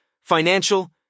financial